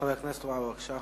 חבר הכנסת מגלי והבה, בבקשה.